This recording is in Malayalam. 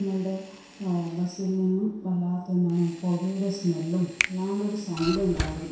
നമ്മളുടെ ബസ്സിൽ നിന്നും വല്ലാത്ത എന്താണ് പുകയുടെ സ്മെല്ലും വല്ലാണ്ടൊരു സൗണ്ടും ഉണ്ടായിരുന്നു